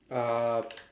uh